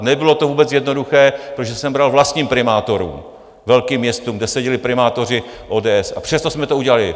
Nebylo to vůbec jednoduché, protože jsem bral vlastním primátorům, velkým městům, kde seděli primátoři ODS, a přesto jsme to udělali.